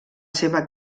seva